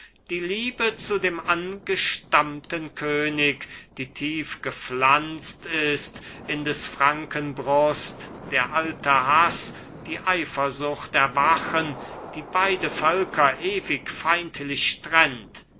die liebe zu dem angestammten könig die tief gepflanzt ist in des franken brust der alte haß die eifersucht erwachen die beide völker ewig feindlich